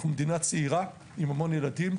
אנחנו מדינה צעירה עם המון ילדים.